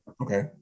Okay